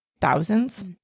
thousands